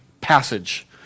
passage